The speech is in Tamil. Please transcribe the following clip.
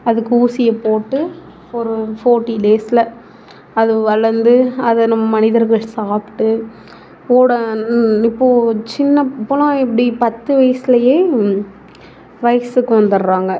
அதுக்கு ஊசியை போட்டு ஒரு ஃபோட்டி டேஸில் அது வளர்ந்து அதை நம்ம மனிதர்கள் சாப்பிட்டு இப்போது சின்ன இப்போலாம் எப்படி பத்து வயசுலேயே வயதுக்கு வந்துடுறாங்க